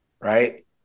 right